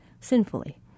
sinfully